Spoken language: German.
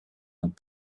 und